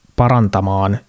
parantamaan